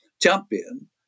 champion